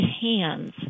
hands